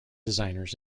designers